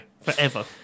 forever